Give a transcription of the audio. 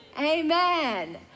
Amen